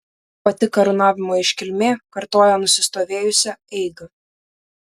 pati karūnavimo iškilmė kartoja nusistovėjusią eigą